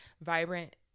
vibrant